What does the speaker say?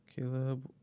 Caleb